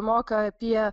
moka apie